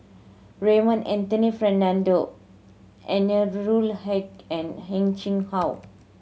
Raymond Anthony Fernando Anwarul Haque and Heng Chee How